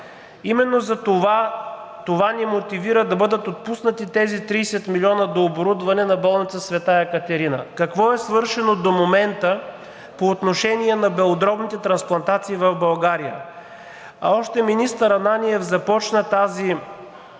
Именно това ни мотивира да бъдат отпуснати тези 30 милиона за дооборудване на болница „Света Екатерина“. Какво е свършено до момента по отношение на белодробните трансплантации в България? Още министър Ананиев започна тази